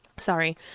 sorry